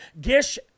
Gish